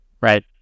Right